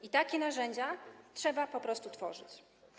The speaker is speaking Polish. I takie narzędzia trzeba po prostu tworzyć.